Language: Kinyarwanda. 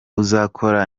uzakora